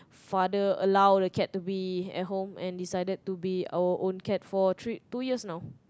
father allow the cat to be at home and decided to be our own cat for three two years now